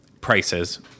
prices